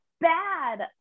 bad